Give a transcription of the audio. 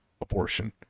abortion